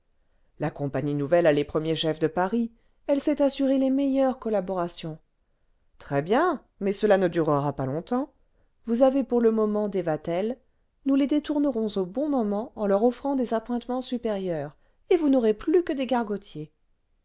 la compagnie nouvelle a les premiers chefs de paris elle s'est assuré les meilleures collaborations très bien mais cela ne durera pas longtemps vous avez pour le moment des vatel nous les détournerons au bon moment en leur offrant des appointements supérieurs et vous n'aurez plus que des